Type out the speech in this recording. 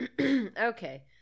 Okay